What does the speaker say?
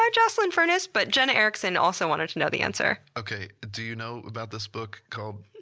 yeah joyceline furniss but jenna ericson also wanted to know the answer. okay, do you know about this book called